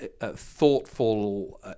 thoughtful